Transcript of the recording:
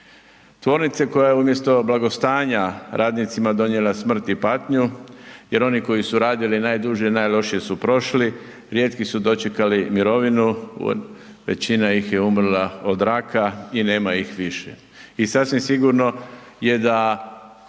Tvornice koja je umjesto blagostanja radnicima donijela smrt i patnju jer oni koji su radili najduže, najlošije su prošli, rijetki su dočekali mirovinu, većina ih umrla od raka i nema ih više. I sasvim sigurno je da